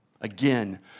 Again